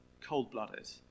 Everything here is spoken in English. cold-blooded